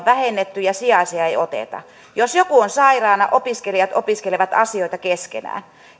vähennetty ja sijaisia ei oteta jos joku on sairaana opiskelijat opiskelevat asioita keskenään